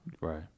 right